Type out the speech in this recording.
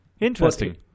interesting